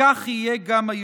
וכך יהיה גם היום.